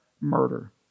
murder